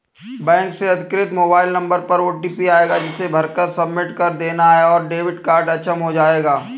bank से अधिकृत mobile number पर ओटीपी आएगा जिसे भरकर सबमिट कर देना है और डेबिट कार्ड अक्षम हो जाएगा